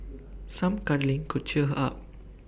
some cuddling could cheer her up